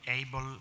able